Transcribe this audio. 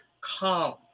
calm